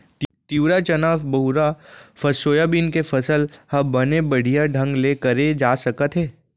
तिंवरा, चना, बहुरा, सोयाबीन के फसल ह बने बड़िहा ढंग ले करे जा सकत हे